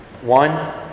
One